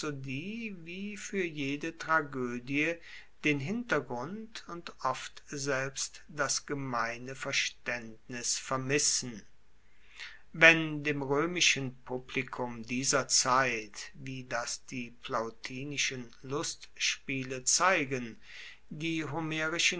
wie fuer jede tragoedie den hintergrund und oft selbst das gemeine verstaendnis vermissen wenn dem roemischen publikum dieser zeit wie das die plautinischen lustspiele zeigen die